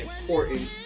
important